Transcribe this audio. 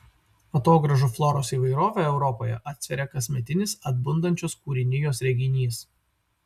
atogrąžų floros įvairovę europoje atsveria kasmetinis atbundančios kūrinijos reginys